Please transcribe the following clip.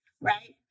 right